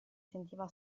sentiva